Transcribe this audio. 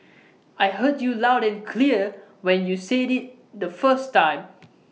I heard you loud and clear when you said IT the first time